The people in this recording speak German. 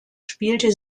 spielte